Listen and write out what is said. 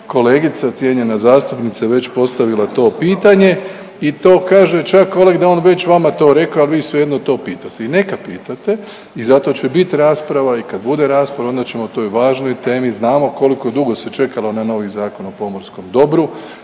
kolegica cijenjena zastupnica već postavila to pitanje i to kaže čak Oleg da je on već vama to rekao, ali vi svejedno to pitate. I neka pitate i za to će biti rasprava i kad bude rasprava onda ćemo o toj važnoj temi, znamo koliko dugo se čekalo na novi zakon o pomorskom dobru.